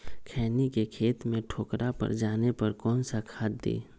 खैनी के खेत में ठोकरा पर जाने पर कौन सा खाद दी?